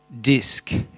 disc